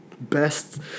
best